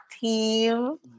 team